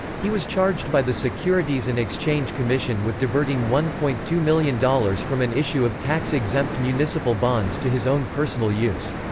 he was charged by the securities and exchange commission with diverting one point two million dollars from an issue of tax-exempt municipal bonds to his own personal use.